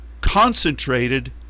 concentrated